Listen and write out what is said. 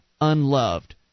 unloved